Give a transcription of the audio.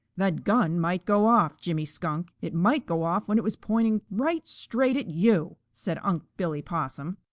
that gun might go off, jimmy skunk it might go off when it was pointing right straight at yo'! said unc' billy possum.